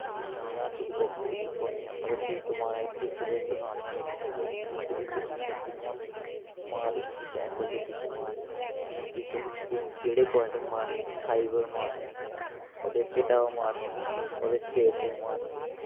जि'यां kick boxing दी किकां होइयां अगर किक मारां एह् किक बी सखानी उ'नें ई किक दी पोजीशन कि'यां मारनी किस ऐंगल तों किक मारनी किक कु केह्ड़े पोइंट पर मारनी थाई पर मारनी ओह्दे ढिड्डा पर मारनी ओह्दे फेस पर मारनी